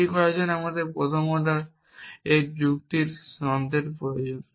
এটি করার জন্য আমাদের প্রথম অর্ডার এর যুক্তির এই যন্ত্রের প্রয়োজন